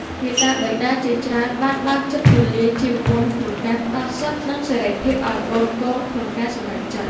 មាតាបិតាជាច្រើនបានបើកចិត្តទូលាយជាងមុនក្នុងការផ្ដល់សិទ្ធិ និងសេរីភាពឱ្យកូនៗក្នុងការសម្រេចចិត្ត។